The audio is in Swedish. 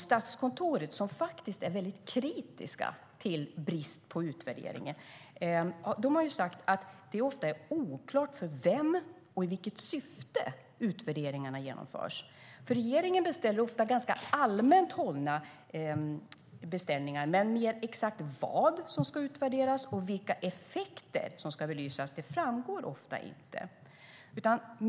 Statskontoret, som är kritiskt till bristen på utvärdering, har sagt att det ofta är oklart för vem och i vilket syfte utvärderingarna genomförs. Regeringen gör ofta ganska allmänt hållna beställningar, men mer exakt vad som ska utvärderas och vilka effekter som ska belysas framgår ofta inte.